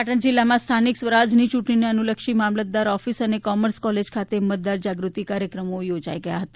પાટણ જિલ્લામાં સ્થાનિક સ્વરાજ્યની યૂંટણીને અનુલક્ષીને મામલતદાર ઓફિસ અને કોમર્સ કોલેજ ખાતે મતદાર જાગૃતિ કાર્યક્રમો યોજાઈ ગયા હતા